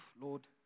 Lord